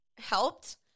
helped